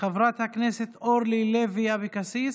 חברת הכנסת אורלי לוי אבקסיס,